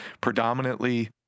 predominantly